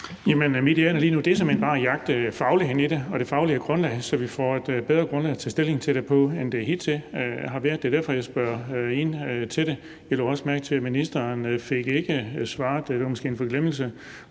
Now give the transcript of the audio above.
hen bare at jagte fagligheden i det og det faglige grundlag, så vi får et bedre grundlag at tage stilling til det på, end hvad det hidtil har været. Det er derfor, jeg spørger ind til det. Jeg lagde også mærke til, at ministeren ikke fik svaret – det var måske en forglemmelse